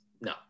No